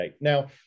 Now